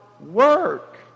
work